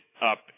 up